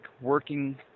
working